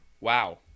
wow